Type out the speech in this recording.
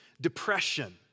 depression